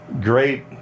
great